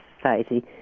Society